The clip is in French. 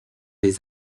des